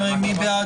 חברים, מי בעד?